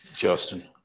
Justin